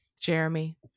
jeremy